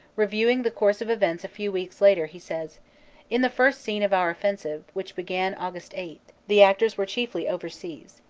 revie ving the course of events a few weeks later he says in the first scene of our offensive. which began aug. eight, the actors were chiefly overseas.